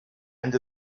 end